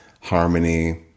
harmony